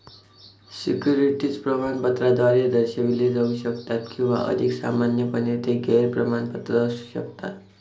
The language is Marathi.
सिक्युरिटीज प्रमाणपत्राद्वारे दर्शविले जाऊ शकतात किंवा अधिक सामान्यपणे, ते गैर प्रमाणपत्र असू शकतात